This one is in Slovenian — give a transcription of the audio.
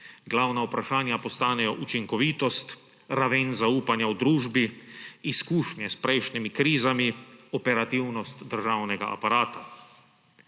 Glavna vprašanja postanejo učinkovitost, raven zaupanja v družbi, izkušnje s prejšnjimi krizami, operativnost državnega aparata.